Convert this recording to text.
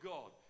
God